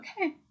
Okay